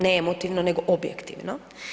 Ne emotivno nego objektivno.